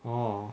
orh